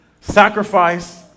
sacrifice